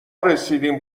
رسیدیم